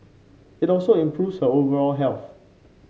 it also improves her overall health